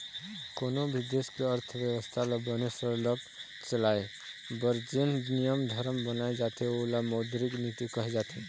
कोनों भी देश के अर्थबेवस्था ल बने सरलग चलाए बर जेन नियम धरम बनाए जाथे ओला मौद्रिक नीति कहे जाथे